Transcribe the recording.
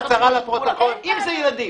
אם זה ילדים.